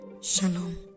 Shalom